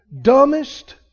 Dumbest